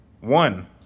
one